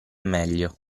meglio